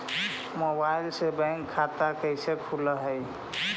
Mobile से bank खाता कैसे खुल है?